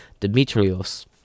Dimitrios